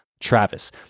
Travis